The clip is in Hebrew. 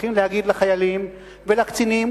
צריכים להגיד לחיילים ולקצינים,